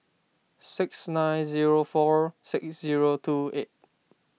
six nine zero four six zero two eight